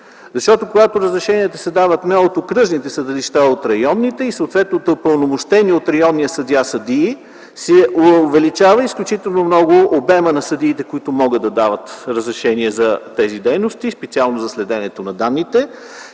Когато разрешенията се дават не от окръжните съдилища, а от районните и съответно от упълномощени от районния съдия съдии, се увеличава изключително много обемът на съдиите, които могат да дават разрешение за тези дейности и специално за следенето на данните.